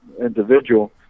individual